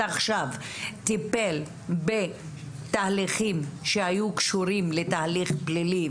עכשיו טיפל בתהליכים שהיו קשורים לתהליך פלילי